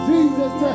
Jesus